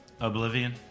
Oblivion